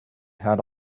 had